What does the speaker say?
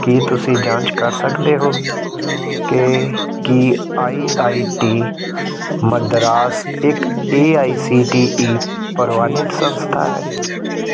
ਕੀ ਤੁਸੀਂ ਜਾਂਚ ਕਰ ਸਕਦੇ ਹੋ ਕਿ ਕੀ ਆਈ ਆਈ ਟੀ ਮਦਰਾਸ ਇੱਕ A I C T E ਪ੍ਰਵਾਨਿਤ ਸੰਸਥਾ ਹੈ